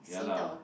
Sitoh